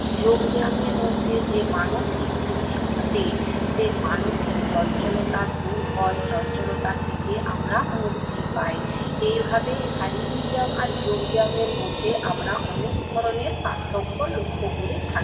যোগ ব্যায়ামের মধ্যে যে মানসিক বৃদ্ধি ঘটে সেই মানসিক চঞ্চলতা দূর হয় চঞ্চলতা থেকে আমরা মুক্তি পাই এইভাবেই শারীরিক ব্যায়াম আর যোগ ব্যায়ামের মধ্যে আমরা অনেক ধরনের পার্থক্য লক্ষ্য করে থাকি